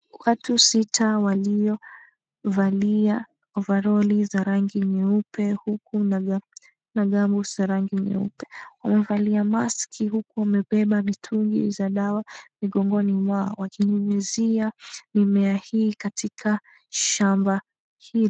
Watu sita waliovalia ovaroli za rangi nyeupe, huku 𝑛𝑎 [𝑐𝑠]𝑔𝑢𝑚𝑏𝑜𝑜𝑡𝑠[𝑐𝑠] 𝑧𝑎 rangi nyeupe. Wamevalia maski huku wamebeba mitungi za dawa mgongoni mwao wakinyunyizia mimea hii katikati shamba hii.